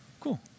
cool